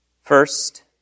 First